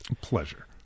pleasure